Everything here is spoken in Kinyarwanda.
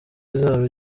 izaba